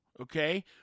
okay